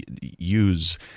use